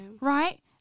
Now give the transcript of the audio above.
right